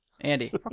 Andy